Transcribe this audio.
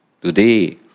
today